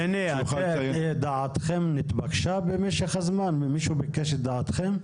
בני, האם מישהו ביקש במשך הזמן את דעתכם?